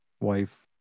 wife